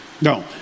No